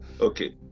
okay